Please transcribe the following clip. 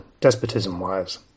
despotism-wise